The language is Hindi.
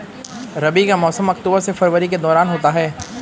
रबी का मौसम अक्टूबर से फरवरी के दौरान होता है